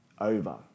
over